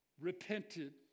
repented